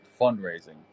fundraising